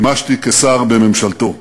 שימשתי שר בממשלתו.